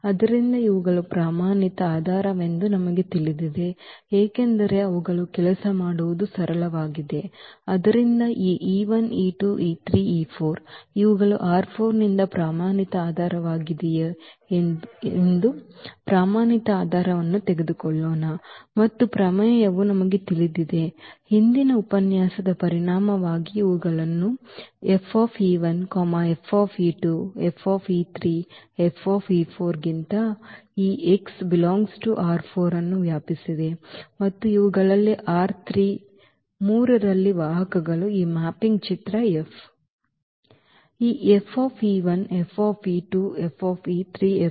ಆದ್ದರಿಂದ ಇವುಗಳು ಪ್ರಮಾಣಿತ ಆಧಾರವೆಂದು ನಮಗೆ ತಿಳಿದಿದೆ ಏಕೆಂದರೆ ಅವುಗಳು ಕೆಲಸ ಮಾಡುವುದು ಸರಳವಾಗಿದೆ ಆದ್ದರಿಂದ ಈ ಇವುಗಳು ನಿಂದ ಪ್ರಮಾಣಿತ ಆಧಾರವಾಗಿದೆಯೇ ಎಂದು ಪ್ರಮಾಣಿತ ಆಧಾರವನ್ನು ತೆಗೆದುಕೊಳ್ಳೋಣ ಮತ್ತು ಪ್ರಮೇಯವು ನಮಗೆ ತಿಳಿದಿದೆ ಹಿಂದಿನ ಉಪನ್ಯಾಸದ ಪರಿಣಾಮವಾಗಿ ಇವುಗಳು ಈ ಗಿಂತ ಈ ಅನ್ನು ವ್ಯಾಪಿಸಿವೆ ಮತ್ತು ಇವುಗಳು 3 ರಲ್ಲಿ ವಾಹಕಗಳು ಈ ಮ್ಯಾಪಿಂಗ್ನ ಚಿತ್ರ F